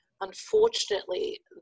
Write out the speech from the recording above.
unfortunately